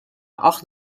acht